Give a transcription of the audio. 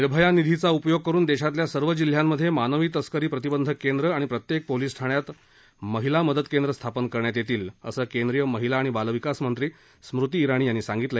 निर्भया निधीचा उपयोग करुन देशातल्या सर्व जिल्ह्यात मानवी तस्करी प्रतिबंधक केंद्र आणि प्रत्येक पोलीस ठाण्यात महिला मदत केंद्र स्थापन करण्यात येतील असं केंद्रीय महिला आणि बालविकास मंत्री स्मृती इराणी यांनी सांगितलं